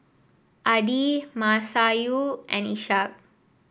Adi Masayu and Ishak